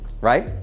right